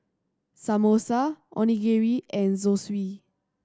Samosa Onigiri and Zosui